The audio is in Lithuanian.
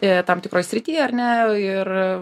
ir tam tikroj srity ar ne ir